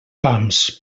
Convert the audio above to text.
pams